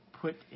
put